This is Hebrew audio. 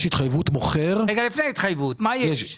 אבל יש התחייבות מוכר --- לפני ההתחייבות; מה יש?